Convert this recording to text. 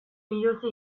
biluzi